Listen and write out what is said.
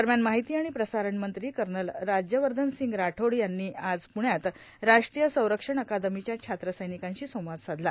दरम्यान माहिती आणि प्रसारणमंत्री कर्नल राज्यवर्धन सिंग राठोड यांनी आज प्रण्यात राष्ट्रीय संरक्षण अकादमीच्या छात्रसैनिकांशी संवाद साधला